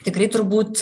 tikrai turbūt